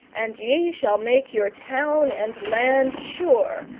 and ye shall make your town and land sure,